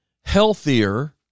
healthier